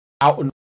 out